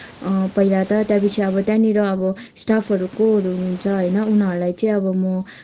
पहिला त त्यहाँपछि अब त्याहाँनिर अब स्टाफहरू कोहरू हुनुहुन्छ उनीहरूलाई चाहिँ अब म